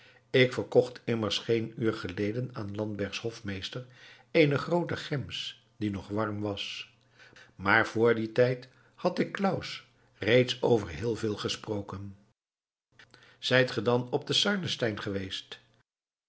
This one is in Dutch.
ik verkocht immers geen uur geleden aan landenbergs hofmeester eene groote gems die nog warm was maar vr dien tijd had ik claus reeds over heel veel gesproken zijt ge dan op den sarnenstein geweest